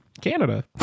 canada